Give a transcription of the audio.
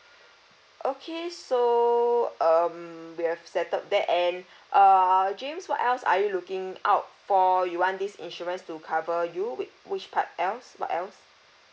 okay so um we have settled that and err james what else are you looking out for you want this insurance to cover you with which part else what else